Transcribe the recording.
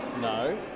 no